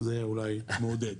זה אולי מעודד.